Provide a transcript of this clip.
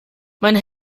mein